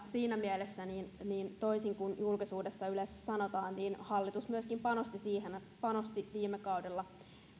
siinä mielessä toisin kuin julkisuudessa yleensä sanotaan sipilän hallitus myöskin panosti siihen viime kaudella